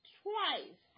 twice